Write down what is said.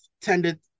tended